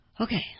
Okay